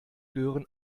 gehören